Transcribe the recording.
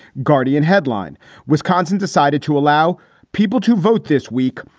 guardian headline wisconsin decided to allow people to vote this week.